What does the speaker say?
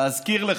להזכיר לך.